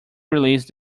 released